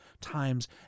times